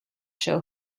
show